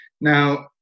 Now